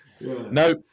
No